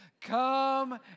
Come